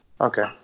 Okay